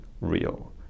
real